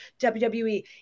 WWE